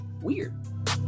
weird